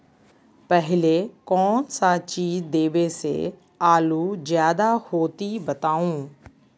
पहले कौन सा चीज देबे से आलू ज्यादा होती बताऊं?